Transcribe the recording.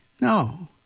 no